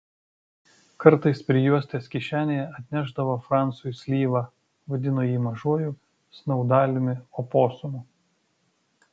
kartais prijuostės kišenėje atnešdavo fransiui slyvą vadino jį mažuoju snaudaliumi oposumu